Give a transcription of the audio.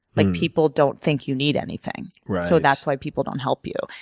like people don't think you need anything so that's why people don't help you.